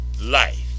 life